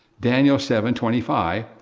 daniel seven twenty five,